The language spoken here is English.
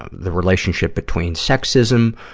the relationship between sexism